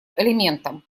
элементам